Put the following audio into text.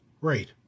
Right